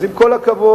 אז עם כל הכבוד,